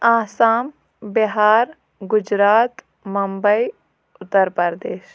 Assam Bihar Gujarat Bombay Uttar Pradesh